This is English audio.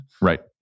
Right